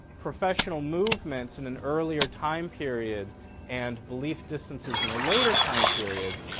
professional movements in an earlier time period and belief distances in a later time period.